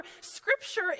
Scripture